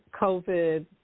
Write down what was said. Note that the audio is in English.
COVID